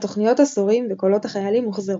התוכניות "עשורים" ו"קולות החיילים" הוחזרו,